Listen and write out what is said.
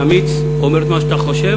טוב לחיות בעד ארצנו,